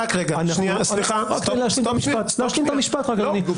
רק להשלים את המשפט, אדוני.